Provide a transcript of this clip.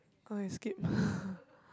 okay skip